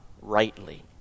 rightly